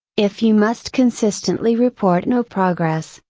if you must consistently report no progress,